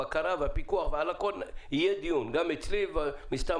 הפיקוח והבקרה יהיה דיון גם אצלי ומן הסתם